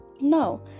no